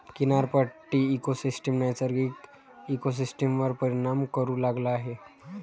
किनारपट्टी इकोसिस्टम नैसर्गिक इकोसिस्टमवर परिणाम करू लागला आहे